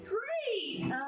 Great